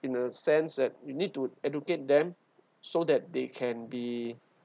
in a sense that you need to educate them so that they can be